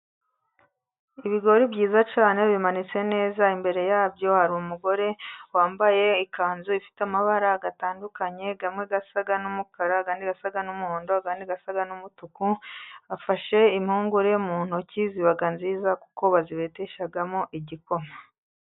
Ibigori byiza cyane bimanitse neza, imbere ya byo hari umugore wambaye ikanzu ifite amabara atandukanye, amwe asa n'umukara, andi asa n'umuhondo, andi asa n'umutuku, afashe impungure mu ntoki, ziba nziza kuko bazibeteshamo igikoma.